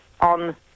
on